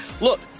look